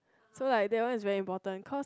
so like that one is very important because